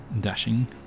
dashing